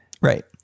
right